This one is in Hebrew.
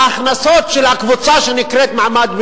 ההכנסות של הקבוצה שנקראת "מעמד בינוני"